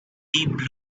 deep